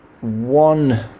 one